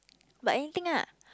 but anything lah